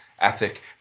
ethic